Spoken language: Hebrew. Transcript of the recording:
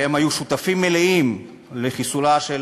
והם היו שותפים מלאים לחיסולן של